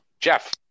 Jeff